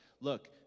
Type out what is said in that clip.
look